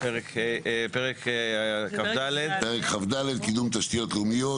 פרק כ"ד (קידום תשתיות לאומיות),